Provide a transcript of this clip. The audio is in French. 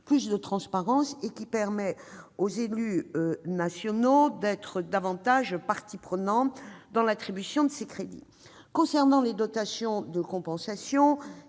plus de transparence et permettra aux élus nationaux d'être davantage partie prenante dans l'attribution de ces crédits. S'agissant des dotations de compensation,